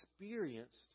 experienced